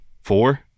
four